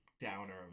downer